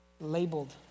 labeled